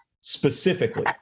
specifically